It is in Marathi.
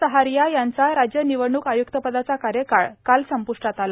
सहारिया यांचा राज्य निवडणूक आय्क्तपदाचा कार्यकाळ काल संप्ष्टात आला